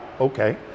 okay